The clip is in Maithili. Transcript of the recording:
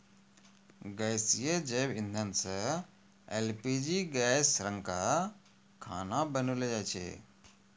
गैसीय जैव इंधन सँ एल.पी.जी गैस रंका खाना बनैलो जाय छै?